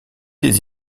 des